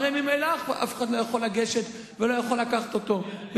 הרי ממילא אף אחד לא יכול לגשת ולא יכול לקחת אותו.